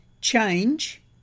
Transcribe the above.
Change